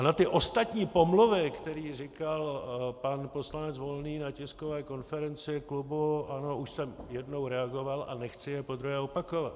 Na ty ostatní pomluvy, které říkal pan poslanec Volný na tiskové konferenci klubu ANO, už jsem jednou reagoval a nechci je podruhé opakovat.